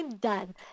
Done